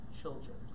children